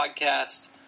podcast